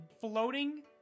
floating